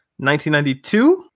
1992